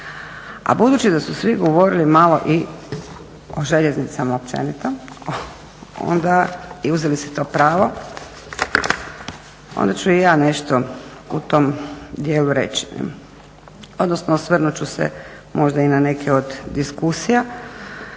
A budući da su svi govorili malo i o željeznicama općenito onda, i uzeli si to pravo, onda ću i ja nešto u tom dijelu reći. Odnosno osvrnuti ću se moda i na neke od diskusija.